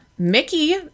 Mickey